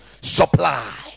Supply